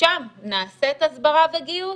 שם נעשית הסברה וגיוס,